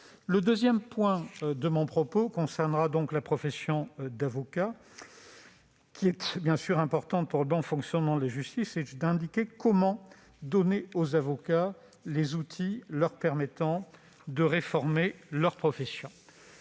au deuxième point de mon propos : la profession d'avocat, ô combien importante pour le bon fonctionnement de la justice. Comment donner aux avocats les outils leur permettant de réformer leur profession